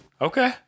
Okay